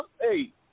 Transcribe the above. Hey